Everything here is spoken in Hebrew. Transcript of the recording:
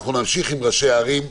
אנחנו נמשיך עם ראשי הערים.